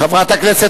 חברת הכנסת